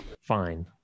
Fine